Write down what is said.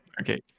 Okay